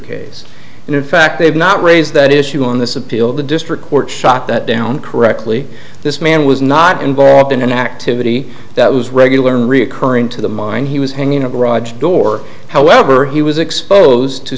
case and in fact they have not raised that issue on this appeal the district court shot that down correctly this man was not involved in an activity that was regular recurring to the mine he was hanging out garage door however he was exposed to